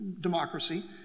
democracy